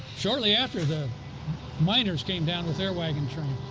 shortly after, the miners came down with their wagon train,